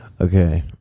Okay